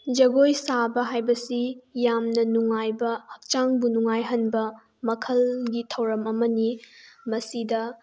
ꯖꯒꯣꯏ ꯁꯥꯕ ꯍꯥꯏꯕꯁꯤ ꯌꯥꯝꯅ ꯅꯨꯡꯉꯥꯏꯕ ꯍꯛꯆꯥꯡꯕꯨ ꯅꯨꯡꯉꯥꯏꯍꯟꯕ ꯃꯈꯜꯒꯤ ꯊꯧꯔꯝ ꯑꯃꯅꯤ ꯃꯁꯤꯗ